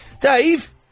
Dave